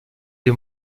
des